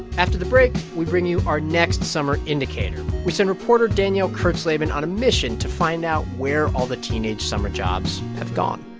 after the break, we bring you our next summer indicator. we sent reporter danielle kurtzleben on a mission to find out where all the teenage summer jobs have gone